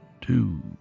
two